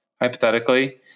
hypothetically